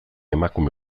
emakume